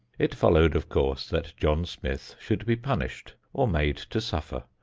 it followed, of course, that john smith should be punished or made to suffer,